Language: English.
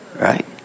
Right